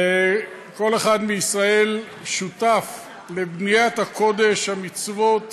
וכל אחד מישראל שותף לבניית הקודש, המצוות